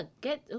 Get